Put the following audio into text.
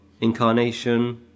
Incarnation